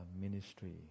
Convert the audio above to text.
ministry